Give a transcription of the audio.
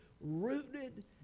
rooted